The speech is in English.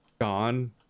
gone